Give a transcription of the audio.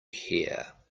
here